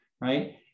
right